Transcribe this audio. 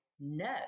No